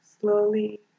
Slowly